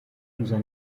dieser